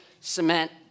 cement